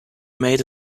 made